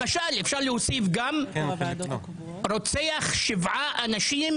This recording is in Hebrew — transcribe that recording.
למשל אפשר להוסיף גם רוצח שבעה אנשים